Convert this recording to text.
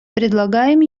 предлагаем